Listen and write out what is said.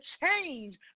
change